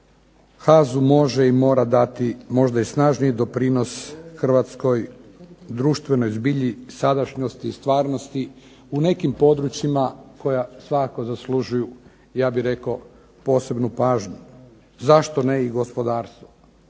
HAZU može i mora dati možda i snažniji doprinos hrvatskoj društvenoj zbilji, sadašnjosti i stvarnosti u nekim područjima koja svakako zaslužuju, ja bih rekao, posebnu pažnju. Zašto ne i gospodarstvo?